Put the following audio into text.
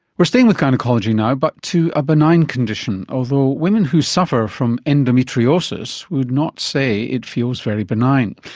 we're staying with gynaecology now but to a benign condition, although women who suffer from endometriosis would not say it feels very benign.